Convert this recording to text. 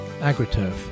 Agriturf